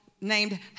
named